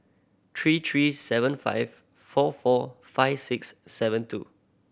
three three seven five four four five six seven two